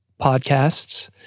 podcasts